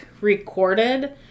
recorded